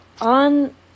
on